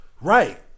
Right